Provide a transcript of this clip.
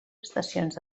estacions